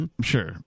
Sure